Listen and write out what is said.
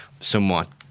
somewhat